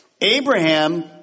Abraham